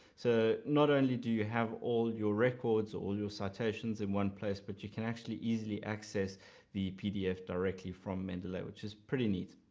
so not only do you have all your records or all your citations in one place, but you can actually easily access the pdf directly from mendeley, which is pretty neat.